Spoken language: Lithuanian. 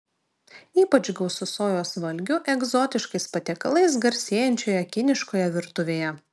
ypač gausu sojos valgių egzotiškais patiekalais garsėjančioje kiniškoje virtuvėje